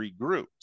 regrouped